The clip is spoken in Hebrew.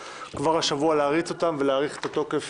השבוע כבר להריץ אותם ולהאריך את התוקף.